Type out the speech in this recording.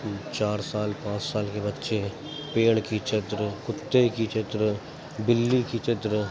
چار سال پانچ سال کے بچے پیڑ کی چتر کتے کی چتر بلی کی چتر